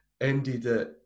ended